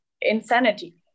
insanity